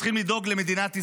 צריכים לדאוג למדינת ישראל,